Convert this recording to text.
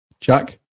Jack